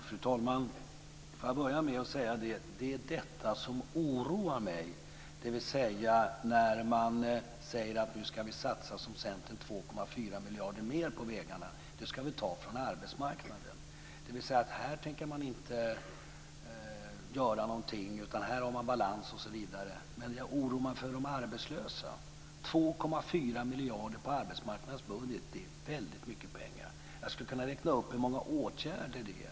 Fru talman! Får jag börja med att säga att det är detta som oroar mig, dvs. när man säger att man nu ska satsa, som Centern 2,4 miljarder mer på vägarna, och att man ska ta det från arbetsmarknaden. Här tänker man alltså inte göra någonting, utan här har man balans osv. Men jag oroar mig för de arbetslösa. 2,4 miljarder på arbetsmarknadens budget är väldigt mycket pengar. Jag skulle kunna räkna upp hur många åtgärder det är.